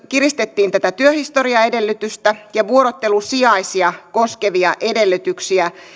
kiristettiin työhistoriaedellytystä ja vuorottelusijaisia koskevia edellytyksiä